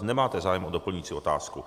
Nemáte zájem o doplňující otázku.